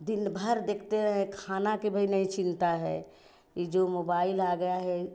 दिन भर देखते रहें खाना की भी नहीं चिंता है यह जो मोबाइल आ गया है